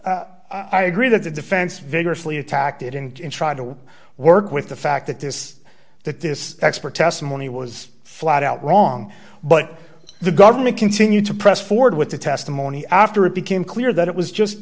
i agree that the defense vigorously attacked it and try to work with the fact that this that this expert testimony was flat out wrong but the government continued to press forward with the testimony after it became clear that it was just